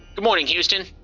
good morning, houston.